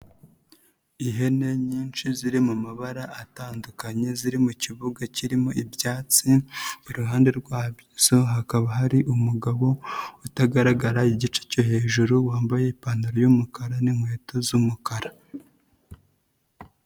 Ihene nyinshi ziri mu mabara atandukanye ziri mu kibuga kirimo ibyatsi, iruhande rwazo hakaba hari umugabo utagaragara igice cyo hejuru, wambaye ipantaro y'umukara n'inkweto z'umukara.